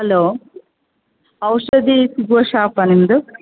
hello ಔಷಧಿ ಸಿಗುವ ಶಾಪಾ ನಿಮ್ಮದು